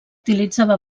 utilitzava